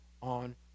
on